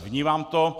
Vnímám to.